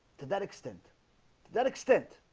to that extent that extent